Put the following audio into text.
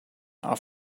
are